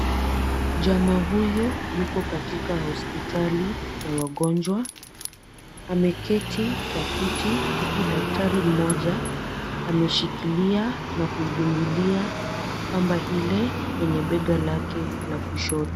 Jamaa huyu yuko katika hospitali ya wagonjwa, ameketi kwa kiti huku daktari mmoja ameshikilia na kumdungilia pamba ile kwenye bega lake la kushoto.